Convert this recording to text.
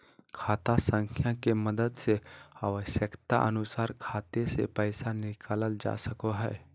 खाता संख्या के मदद से आवश्यकता अनुसार खाते से पैसा निकालल जा सको हय